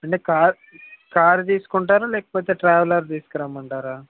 అంటే car car తీసుకుంటారా లేకపోతే ట్రావెలర్ తీసుకురమ్మంటారా